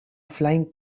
flying